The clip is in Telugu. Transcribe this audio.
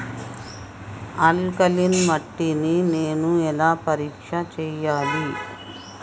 ఆల్కలీన్ మట్టి ని నేను ఎలా పరీక్ష చేయాలి?